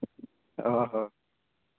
ᱚ ᱦᱚᱸ